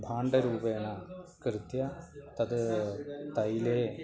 भाण्डरूपेण कृत्य तद् तैले